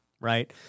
Right